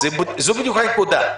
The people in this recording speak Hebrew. זאת בדיוק הנקודה,